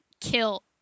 kill